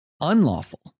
unlawful